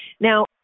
Now